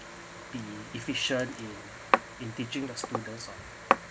be efficient in in teaching the students of